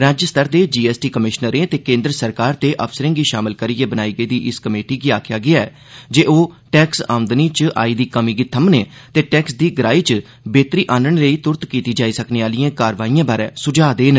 राज्य स्तर दे जी एस टी कमिशनरें ते केन्द्र सरकार दे अफसरें गी शामल करियै बनाई गेदी इस कमेटी गी आखेआ गेदा ऐ जे ओह टैक्स आमदनी च आई दी कमी गी थम्मने ते टैक्स दी गराई च बेहतरी आहनने लेई त्रत कीती जाई सकने आहिलयें कार्रवाईयें बारै सुझाऽ देन